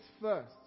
first